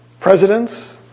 presidents